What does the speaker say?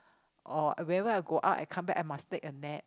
or whenever I go out I come back I must take a nap